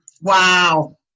Wow